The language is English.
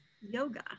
yoga